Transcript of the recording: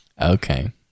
Okay